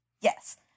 Yes